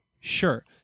Sure